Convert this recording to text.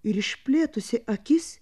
ir išplėtusi akis